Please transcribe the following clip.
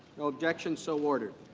no objection so were to.